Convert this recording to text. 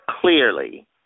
clearly